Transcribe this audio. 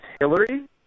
Hillary